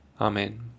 Amen